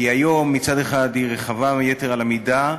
כי היום מצד אחד היא רחבה יתר על המידה,